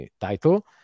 title